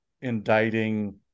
indicting